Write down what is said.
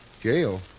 Jail